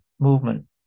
movement